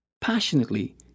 passionately